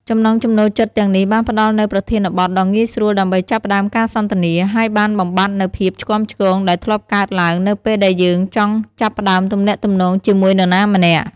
ចំណង់ចំណូលចិត្តទាំងនេះបានផ្តល់នូវប្រធានបទដ៏ងាយស្រួលដើម្បីចាប់ផ្តើមការសន្ទនា ហើយបានបំបាត់នូវភាពឆ្គាំឆ្គងដែលធ្លាប់កើតឡើងនៅពេលដែលយើងចង់ចាប់ផ្តើមទំនាក់ទំនងជាមួយនរណាម្នាក់។